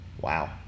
Wow